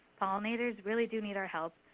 pollinators really do need our help.